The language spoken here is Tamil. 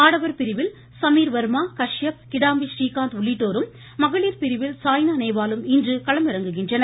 ஆடவர் பிரிவில் சமீர் வர்மா கஷ்யப் கிடாம்பி றீகாந்த் உள்ளிட்டோரும் மகளிர் பிரிவில் சாய்னா நேவாலும் இன்று களமிறங்குகின்றனர்